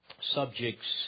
subjects